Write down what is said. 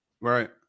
Right